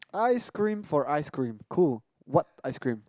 ice cream for ice cream cool what ice cream